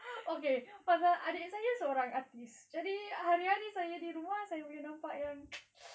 okay pasal adik saya seorang artist jadi hari-hari saya di rumah saya boleh nampak yang